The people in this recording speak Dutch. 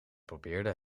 probeerde